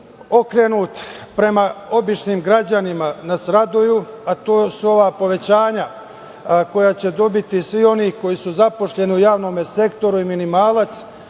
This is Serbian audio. okrenut prema običnim građanima nas raduju, a to su ova povećanja koja će dobiti svi oni koji su zapošljeni u javnome sektoru i minimalac.